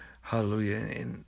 Hallelujah